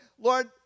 Lord